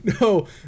No